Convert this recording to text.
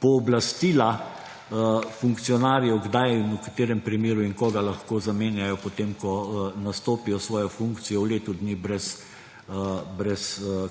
pooblastila funkcionarjev, kdaj in v katerem primeru in koga lahko zamenjajo, potem ko nastopijo svojo funkcijo, v letu dni brez